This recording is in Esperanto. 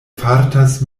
fartas